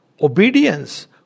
obedience